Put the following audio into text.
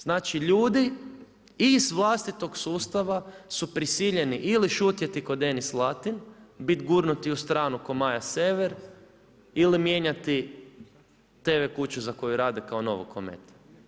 Znači ljudi i iz vlastitog sustava, su prisiljeni ili šutjeti kao Denis Latin, biti gurnuti u stranu, kao Maja Sever ili mijenjati TV kuću za koju rade kao Novokmet.